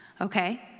Okay